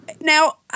now